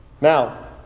Now